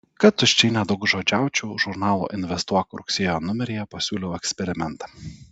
kad tuščiai nedaugžodžiaučiau žurnalo investuok rugsėjo numeryje pasiūliau eksperimentą